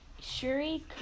Shuri